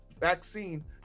vaccine